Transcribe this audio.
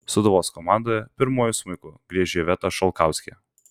sūduvos komandoje pirmuoju smuiku griežia iveta šalkauskė